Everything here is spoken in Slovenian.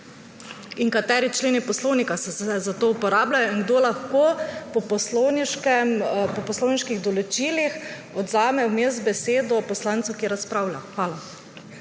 in kateri členi poslovnika se za to uporabljajo in kdo lahko po poslovniških določilih odvzame vmes besedo poslancu, ki je razpravljal. Hvala.